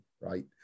Right